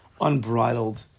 unbridled